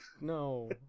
no